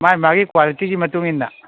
ꯃꯥꯏ ꯃꯥꯏꯒꯤ ꯀ꯭ꯋꯥꯂꯤꯇꯤꯒꯤ ꯃꯇꯨꯡ ꯏꯟꯅ